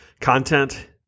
content